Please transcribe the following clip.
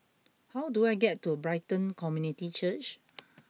how do I get to Brighton Community Church